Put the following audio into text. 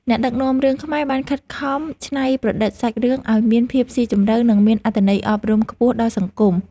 អ្នកដឹកនាំរឿងខ្មែរបានខិតខំច្នៃប្រឌិតសាច់រឿងឱ្យមានភាពស៊ីជម្រៅ និងមានអត្ថន័យអប់រំខ្ពស់ដល់សង្គម។